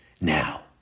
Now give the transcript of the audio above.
Now